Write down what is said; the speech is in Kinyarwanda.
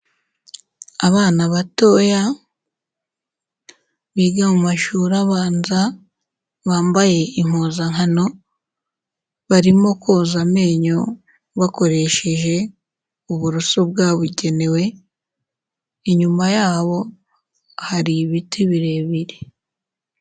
Abana batoya, biga mu mashuri abanza, bambaye impuzankano, barimo koza amenyo bakoresheje uburoso bwabugenewe, inyuma yabo hari ibiti birebire.